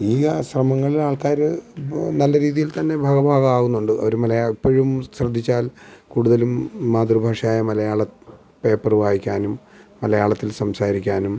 ഈ ശ്രമങ്ങളിൽ ആൾക്കാര് നല്ല രീതിയിൽ തന്നെ ഭാഗഭാക്കാവുന്നുണ്ട് അവര് മലയാളം എപ്പഴും ശ്രദ്ധിച്ചാൽ കൂടുതലും മാതൃഭാഷ ആയ മലയാളം പേപ്പറ് വായിക്കാനും മലയാളത്തിൽ സംസാരിക്കാനും